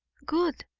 good!